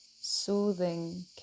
soothing